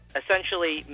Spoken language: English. essentially